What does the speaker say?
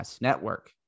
network